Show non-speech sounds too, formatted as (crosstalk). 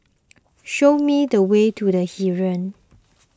(noise) show me the way to the Heeren